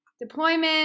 deployment